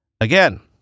Again